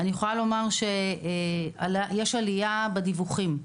ישנה עלייה בדיווחים.